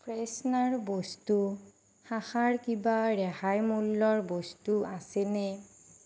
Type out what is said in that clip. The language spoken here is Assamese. ফ্ৰেছনাৰ বস্তু শাখাৰ কিবা ৰেহাই মূল্যৰ বস্তু আছেনে